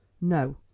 No